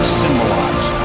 symbolize